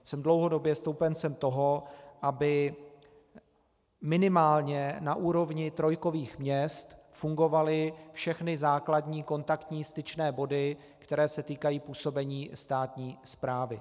Jsem dlouhodobě stoupencem toho, aby minimálně na úrovni trojkových měst fungovaly všechny základní kontaktní styčné body, které se týkají působení státní správy.